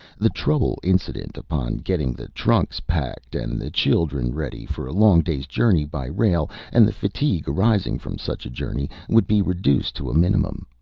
the trouble incident upon getting the trunks packed and the children ready for a long day's journey by rail, and the fatigue arising from such a journey, would be reduced to a minimum.